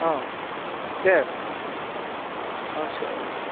औ दे अ सोर